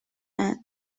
end